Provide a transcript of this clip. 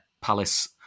Palace